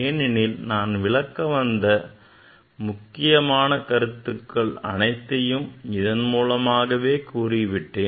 ஏனெனில் நான் விளக்க வந்த முக்கியமான கருத்துக்கள் அனைத்தையும் இதன் மூலமாகவே கூறிவிட்டேன்